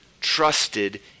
trusted